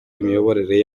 imiyoborere